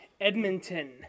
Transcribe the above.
Edmonton